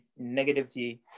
negativity